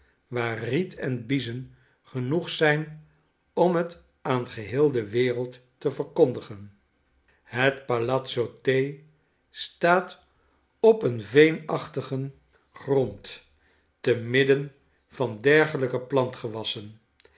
waar riet en biezen genoeg zijn om het aan geheel de wereld te verkondigen het palazzo te staat op een veenachtigen grond te midden van dergelijke